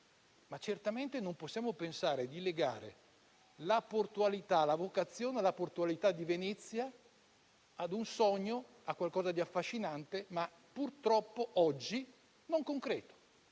ma certamente non possiamo pensare di legare la portualità e la vocazione alla portualità di Venezia a un sogno, a qualcosa di affascinante, ma purtroppo oggi non concreto.